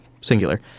singular